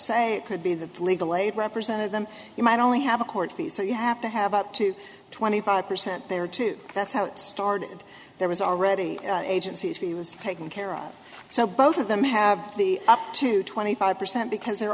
se it could be that the legal aid represented them you might only have a court fees so you have to have up to twenty five percent there too that's how it started there was already agencies he was taking care of so both of them have the up to twenty five percent because they're